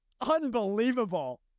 Unbelievable